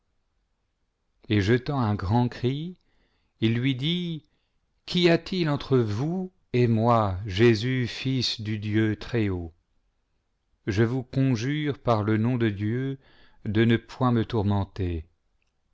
et jetant un grand cri il lui dit qu a-t-il entre vous et moi jésus fils du dieu très-haut je vous conjure par le nom de dieu de ne point me tourmenter